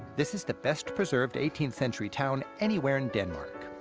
this is the best-preserved eighteenth century town anywhere in denmark.